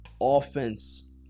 offense